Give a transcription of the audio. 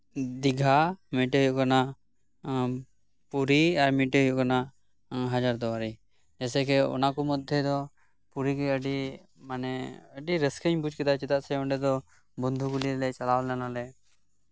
ᱫᱤᱜᱷᱟ ᱢᱤᱫᱴᱮᱱ ᱦᱩᱭᱩᱜ ᱠᱟᱱᱟ ᱯᱩᱨᱤ ᱮᱸᱜ ᱟᱨ ᱢᱤᱫᱴᱮᱱ ᱦᱩᱭᱩᱜ ᱠᱟᱱᱟ ᱦᱟᱡᱟᱨᱫᱩᱣᱟᱨᱤ ᱡᱮᱭᱥᱮᱠᱮ ᱚᱱᱟ ᱢᱚᱫᱽ ᱨᱮ ᱫᱚ ᱯᱩᱨᱤ ᱜᱮ ᱢᱟᱱᱮ ᱟᱹᱰᱤ ᱨᱟᱹᱥᱠᱟᱹᱧ ᱵᱩᱡ ᱠᱮᱫᱟ ᱪᱮᱫᱟᱜ ᱥᱮ ᱚᱸᱰᱮ ᱫᱚ ᱵᱚᱱᱫᱷᱩ ᱠᱚ ᱱᱤᱭᱮ ᱞᱮ ᱪᱟᱞᱟᱣ ᱞᱮᱱᱟ ᱞᱮ